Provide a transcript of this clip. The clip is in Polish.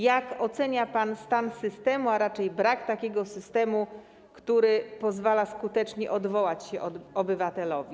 Jak ocenia pan stan systemu, a raczej brak takiego systemu, który pozwala skutecznie odwołać się obywatelowi?